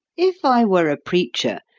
if i were a preacher,